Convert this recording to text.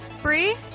Free